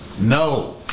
No